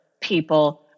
people